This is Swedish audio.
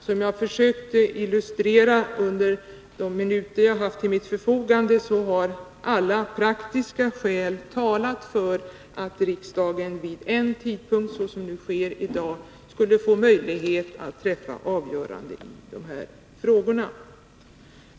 Som jag har försökt illustrera under de minuter jag haft till mitt förfogande, har alla praktiska skäl talat för att riksdagen vid en tidpunkt, så som nu sker i dag, skulle få möjlighet att träffa avgörande i de här frågorna.